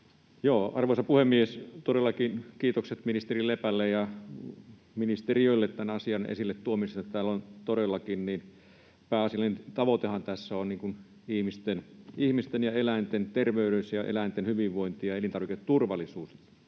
arvoisa puhemies, todellakin kiitokset ministerille Lepälle ja ministeriölle tämän asian esille tuomisesta. Pääasiallinen tavoitehan tässä on ihmisten ja eläinten terveys ja eläinten hyvinvointi ja elintarviketurvallisuus.